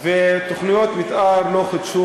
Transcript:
ותוכניות מתאר לא חודשו.